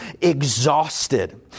exhausted